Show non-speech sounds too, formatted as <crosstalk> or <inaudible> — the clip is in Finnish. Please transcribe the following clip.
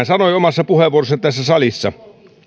<unintelligible> sanoi omassa puheenvuorossaan tässä salissa